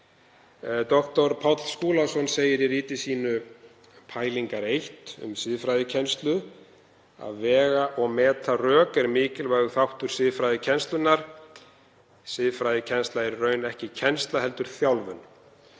Dr. Páll Skúlason segir í riti sínu Pælingar I um siðfræðikennslu: „Að vega og meta rök er mikilvægur þáttur siðfræðikennslunnar. Siðfræðikennsla er í raun ekki kennsla, heldur þjálfun.